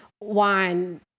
wine